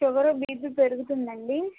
sugar BP పెరుగుతుంది అండి